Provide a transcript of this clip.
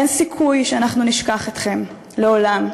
אין סיכוי שאנחנו נשכח אתכם, לעולם.